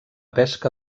pesca